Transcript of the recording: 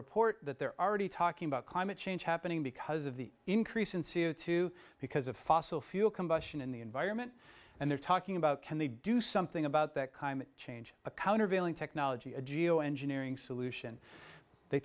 report that they're already talking about climate change happening because of the increase in c o two because of fossil fuel combustion in the environment and they're talking about can they do something about that kind change a countervailing technology a geo engineering solution they